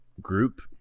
group